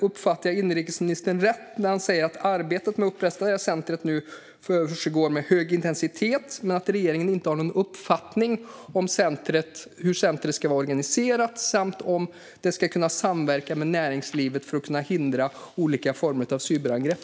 Uppfattar jag inrikesministern rätt när han säger att arbetet med att upprätta centret pågår med hög intensitet men att regeringen inte har någon uppfattning om hur centret ska vara organiserat eller om det ska kunna samverka med näringslivet för att kunna hindra olika former av cyberangrepp?